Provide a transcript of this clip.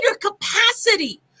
capacity